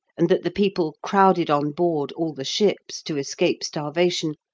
and that the people crowded on board all the ships to escape starvation,